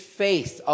faith